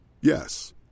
Yes